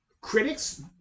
critics